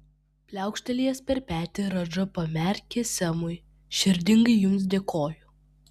pliaukštelėjęs per petį radža pamerkė semui širdingai jums dėkoju